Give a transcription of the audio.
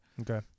Okay